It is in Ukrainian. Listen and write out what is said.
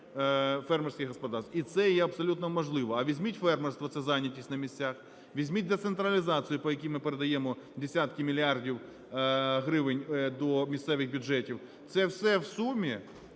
фермерських господарств, і це є абсолютно можливо. А візьміть фермерство – це зайнятість на місцях, візьміть децентралізацію, по якій ми передаємо десятки мільярдів гривень до місцевих бюджетів, це все в сумі